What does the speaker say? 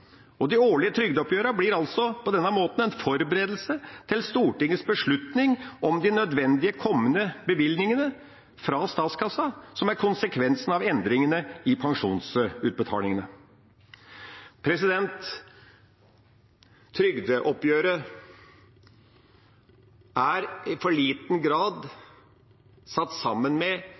De årlige trygdeoppgjørene blir på denne måten en forberedelse til Stortingets beslutning om de nødvendige kommende bevilgningene fra statskassa som er konsekvensen av endringene i pensjonsutbetalingene. Trygdeoppgjøret er i for liten grad satt sammen med